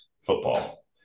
football